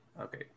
Okay